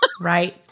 Right